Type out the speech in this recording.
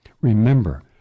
Remember